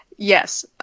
Yes